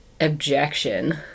objection